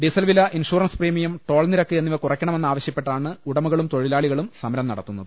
diesel വില insurance premium toll നിരക്ക് എന്നി വ കുറയ്ക്കണമെന്നാവശ്യപ്പെട്ടാണ് ഉടമകളും തൊഴിലാളികളും സമരം നടത്തുന്നത്